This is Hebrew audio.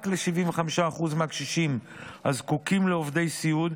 רק ל-75% מהקשישים הזקוקים לעובדי סיעוד,